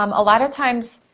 um a lot of times,